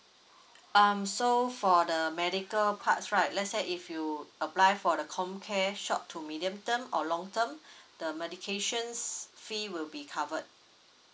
um so for the medical parts right let's say if you apply for the comcare short to medium term or long term the medications fee will be covered